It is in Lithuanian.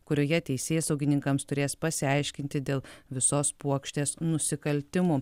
kurioje teisėsaugininkams turės pasiaiškinti dėl visos puokštės nusikaltimų